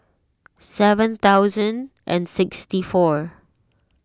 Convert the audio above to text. seven thousand and sixty four